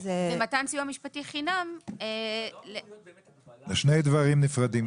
זה מתן סיוע משפטי חינם ל --- זה שני דברים נפרדים.